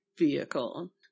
vehicle